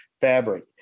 fabric